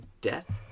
death